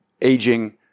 aging